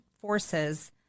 Forces